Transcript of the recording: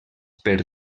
per